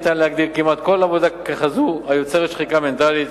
ניתן להגדיר כמעט כל עבודה ככזו היוצרת שחיקה מנטלית,